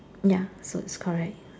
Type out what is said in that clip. ya so is correct